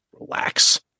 relax